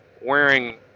wearing